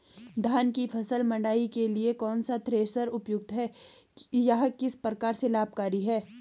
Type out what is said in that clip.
धान की फसल मड़ाई के लिए कौन सा थ्रेशर उपयुक्त है यह किस प्रकार से लाभकारी है?